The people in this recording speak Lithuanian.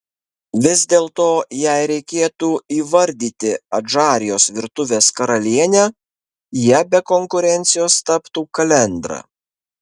vis dėlto jei reikėtų įvardyti adžarijos virtuvės karalienę ja be konkurencijos taptų kalendra